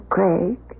Craig